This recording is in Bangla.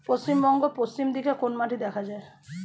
পশ্চিমবঙ্গ পশ্চিম দিকে কোন মাটি দেখা যায়?